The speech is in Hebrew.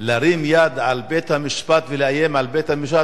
להרים יד על בית-המשפט ולאיים על בית-המשפט,